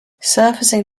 surfacing